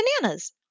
bananas